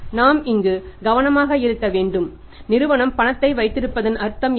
நாம் இங்கு கவனமாக இருக்க வேண்டும் நிறுவனம் பணத்தை வைத்திருப்பதன் அர்த்தம் என்ன